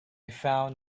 found